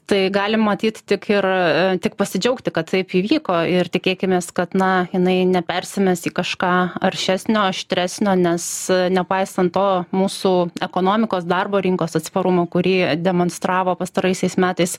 tai gali matyt tik ir tik pasidžiaugti kad taip įvyko ir tikėkimės kad na jinai nepersimes į kažką aršesnio aštresnio nes nepaisant to mūsų ekonomikos darbo rinkos atsparumo kurį demonstravo pastaraisiais metais